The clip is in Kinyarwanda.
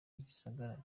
igisagara